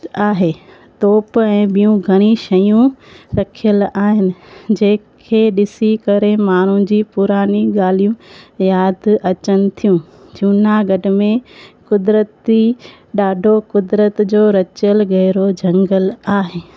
आहे तोप ऐं ॿियूं घणी शयूं रखियल आहिनि जंहिंखे ॾिसी करे माण्हू जी पुरानी ॻाल्हियूं यादि अचनि थियूं जूनागढ़ में क़ुदिरती ॾाढो क़ुदिरत जो रचियल गहिरो झंगल आहे